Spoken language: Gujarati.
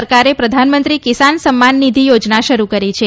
સરકારે પ્રધાનમંત્રી કિસાન સમ્માન નીધી યોજના શરૂ કરી છે